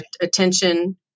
attention